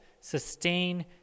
sustain